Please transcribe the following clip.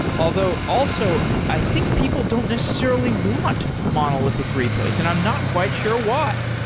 although, also, i think people don't necessarily want monolithic repos, and i'm not quite sure why.